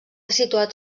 situat